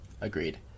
Agreed